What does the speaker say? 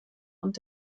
und